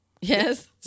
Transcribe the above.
Yes